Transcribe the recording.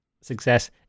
success